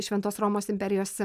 šventos romos imperijos